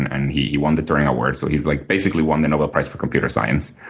and he won the turing award. so he's like basically won the nobel prize for computer science,